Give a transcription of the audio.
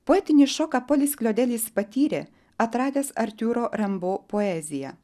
poetinį šoką polis klodelis patyrė atradęs artiūro rembo poeziją